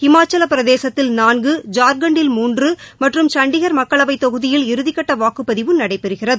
இமாச்சல பிரதேசத்தில் நான்கு ஜார்க்கண்டில் மூன்று மற்றும் சண்டிகா் மக்களவைத் தொகுதியில் இறுதிக்கட்ட வாக்குப்பதிவு நடைபெறுகிறது